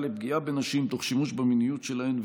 לפגיעה בנשים תוך שימוש במיניות שלהן,